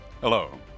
Hello